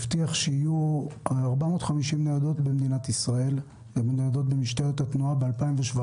הבטיח שיהיו 450 ניידות במשטרת התנועה במדינת ישראל ב-2017.